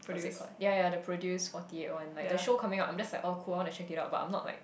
what's that called ya ya the produce forty eight one like the showing coming out I'm like oh cool I want to check it out but I'm not like